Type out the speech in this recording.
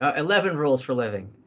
ah eleven rules for living.